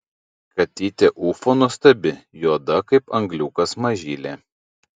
katytė ufa nuostabi juoda kaip angliukas mažylė